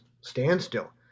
standstill